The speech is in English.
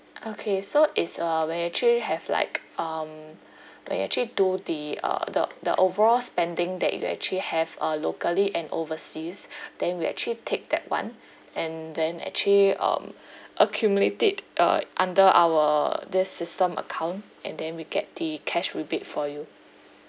okay so is uh we actually have like um we actually do the uh the the overall spending that you actually have uh locally and overseas then we actually take that [one] and then actually um accumulate it uh under our this system account and then we get the cash rebate for you